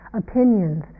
opinions